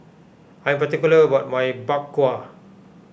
I am particular about my Bak Kwa